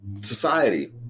society